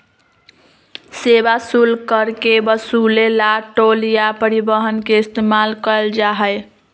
सेवा शुल्क कर के वसूले ला टोल या परिवहन के इस्तेमाल कइल जाहई